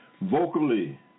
vocally